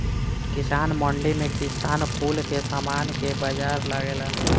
किसान मंडी में किसान कुल के समान के बाजार लगेला